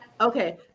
Okay